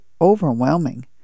overwhelming